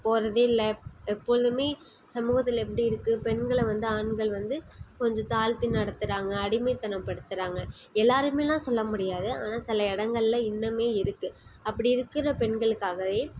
போகிறதே இல்லை எப்பொழுதுமே சமூகத்தில் எப்படி இருக்குது பெண்களை வந்து ஆண்கள் வந்து கொஞ்சம் தாழ்த்தி நடத்தறாங்க அடிமைத்தனம்படுத்தறாங்க எல்லாருமேலாம் சொல்ல முடியாது ஆனால் சில இடங்கள்ல இன்னமே இருக்குது அப்படி இருக்கிற பெண்களுக்காகவே